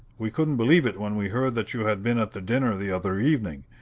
we couldn't believe it when we heard that you had been at the dinner the other evening.